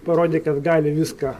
parodė kad gali viską